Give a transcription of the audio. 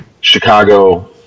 Chicago